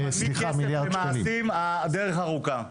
בלי כסף ומעשים, הדרך ארוכה.